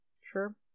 Sure